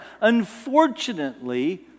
unfortunately